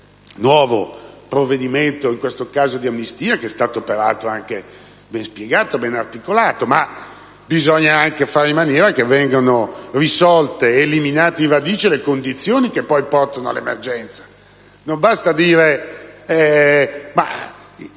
in questo caso di amnistia, che è stato peraltro anche ben spiegato e ben articolato, ma bisogna anche far sì che vengano risolte ed eliminate in radice le condizioni che poi portano all'emergenza.